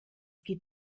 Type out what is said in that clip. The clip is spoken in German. geht